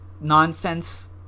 nonsense